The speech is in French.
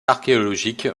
archéologiques